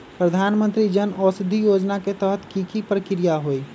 प्रधानमंत्री जन औषधि योजना के तहत की की प्रक्रिया होई?